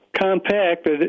compact